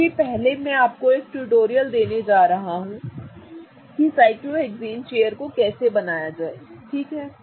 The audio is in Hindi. इसलिए पहले मैं आपको एक ट्यूटोरियल देने जा रहा हूं कि साइक्लोहेक्सेन चेयर को कैसे बनाया जाए ठीक है